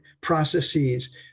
processes